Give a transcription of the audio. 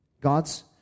God's